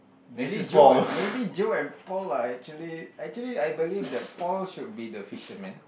maybe Joe maybe Joe and Paul are actually actually I believe that Paul should be the fisherman